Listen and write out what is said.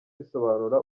risobanura